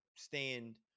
stand